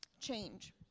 change